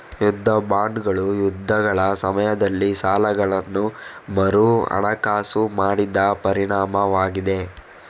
ಯುದ್ಧ ಬಾಂಡುಗಳು ಯುದ್ಧಗಳ ಸಮಯದಲ್ಲಿ ಸಾಲಗಳನ್ನು ಮರುಹಣಕಾಸು ಮಾಡಿದ ಪರಿಣಾಮವಾಗಿದೆ